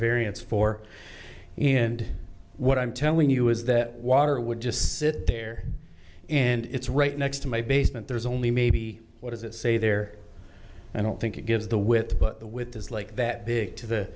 variance for and what i'm telling you is that water would just sit there and it's right next to my basement there's only maybe what is it say there i don't think it gives the with but the with is like that big to the